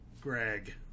Greg